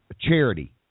charity